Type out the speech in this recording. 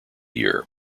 year